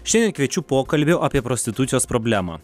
šiandien kviečiu pokalbį apie prostitucijos problemą